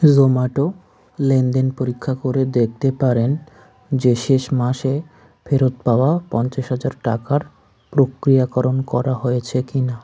Zomato লেনদেন পরীক্ষা করে দেখতে পারেন যে শেষ মাসে ফেরত পাওয়া পঞ্চাশ হাজার টাকার প্রক্রিয়াকরণ করা হয়েছে কি না